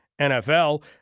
NFL –